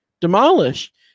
Demolished